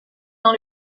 dans